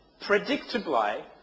predictably